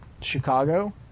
Chicago